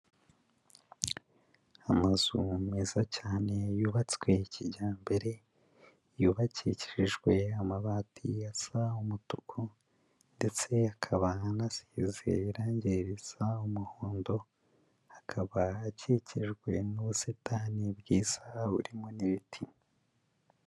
Amazu meza cyane yubatswe kijyambere, yubakishijwe amabati asa umutuku ndetse akaba anasize irange risa umuhondo, akaba akikijwe n'ubusitani bwiza, burimo n'ibiti.